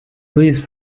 please